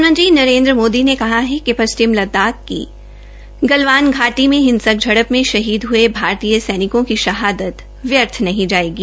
प्रधानमंत्री नरेन्द्र मोदी ने कहा है कि पश्चिम लद्दाख की गलवान घाटी में हिसंक झड़प में शहीद हये भारतीय सैनिकों की शहादत व्यर्थ नहीं जायेग